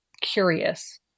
curious